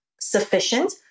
sufficient